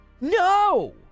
no